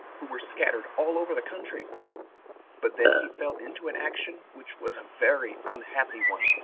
who were scattered all over the country but then he fell into an action, which was a very unhappy one,